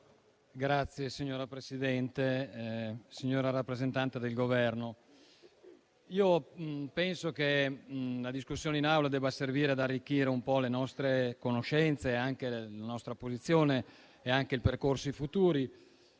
Signora Presidente, signora rappresentante del Governo, io penso che la discussione in Aula debba servire ad arricchire un po' le nostre conoscenze, la nostra posizione e i percorsi futuri.